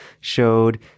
showed